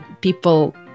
people